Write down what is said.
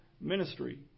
ministry